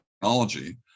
technology